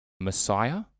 messiah